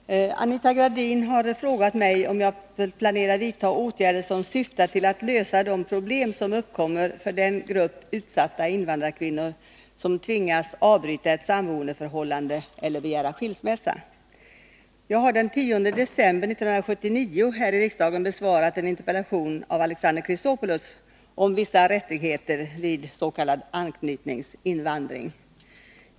Herr talman! Anita Gradin har frågat mig om jag planerar vidta åtgärder som syftar till att lösa de problem som uppkommer för den grupp utsatta invandrarkvinnor som tvingas avbryta ett sammanboendeförhållande eller begära skilsmässa. Jag har den 10 december 1979 här i riksdagen besvarat en interpellation av Alexander Chrisopoulos om vissa rättigheter vid s.k. anknytningsinvandring.